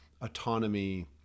autonomy